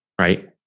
right